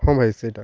ହଁ ଭାଇ ସେଇଟା